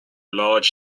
large